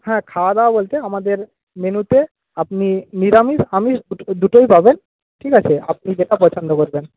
হ্যাঁ খাওয়া দাওয়া বলতে আমাদের মেনুতে আপনি নিরামিষ আমিষ দুটোই পাবেন ঠিক আছে আপনি যেটা পছন্দ করবেন